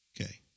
Okay